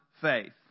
faith